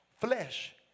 flesh